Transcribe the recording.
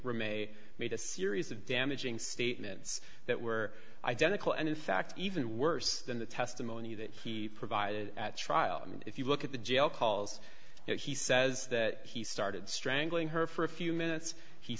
roommate made a series of damaging statements that were identical and in fact even worse than the testimony that he provided at trial and if you look at the jail calls that he says that he started strangling her for a few minutes he